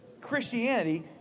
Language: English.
Christianity